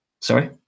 Sorry